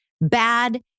bad